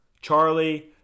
Charlie